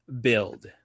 build